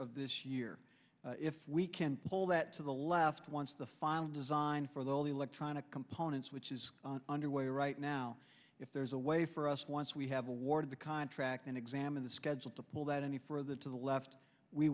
of this year if we can pull that to the left once the final design for the all the electronic components which is underway right now if there is a way for us once we have awarded the contract and examine the schedule to pull that any further to the left we